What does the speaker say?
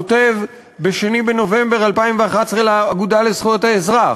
כותב ב-2 בנובמבר 2011 לאגודה לזכויות האזרח: